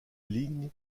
ligne